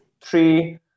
three